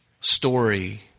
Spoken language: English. story